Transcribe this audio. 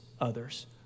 others